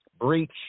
breach